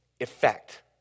effect